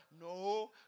No